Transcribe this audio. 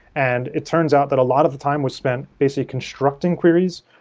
and it turns out that a lot of the time we spent basically constructing queries,